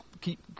keep